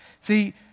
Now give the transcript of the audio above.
See